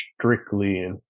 strictly